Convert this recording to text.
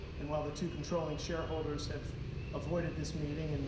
and while the two controlling shareholders have avoided this meeting and,